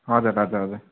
हजुर हजुर हजुर